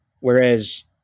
whereas